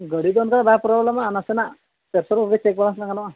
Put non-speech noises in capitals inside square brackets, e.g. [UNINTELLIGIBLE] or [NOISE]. ᱜᱟᱹᱰᱤ ᱫᱚ ᱚᱱᱠᱟ ᱵᱟᱭ ᱯᱨᱚᱵᱞᱮᱢᱟ ᱱᱟᱥᱮᱱᱟᱜ [UNINTELLIGIBLE] ᱪᱮᱠ ᱵᱟᱲᱟ ᱞᱮᱠᱷᱟᱱ ᱜᱮ ᱜᱟᱱᱚᱜᱼᱟ